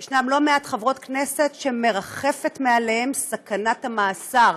יש לא מעט חברות כנסת שמרחפת מעליהן סכנת מאסר.